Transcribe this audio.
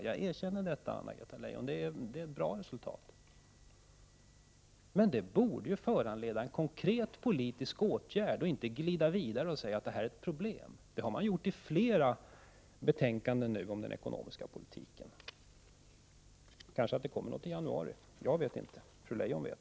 Jag erkänner att det är bra resultat, Anna-Greta Leijon, men det borde föranleda en konkret politisk åtgärd i stället för att man glider vidare och säger att utvecklingen innebär problem. Det har man sagt i flera betänkanden nu om den ekonomiska politiken. Kanske det kommer något i januari. Jag vet inte. Fru Leijon vet.